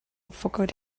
forgot